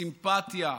סימפתיה,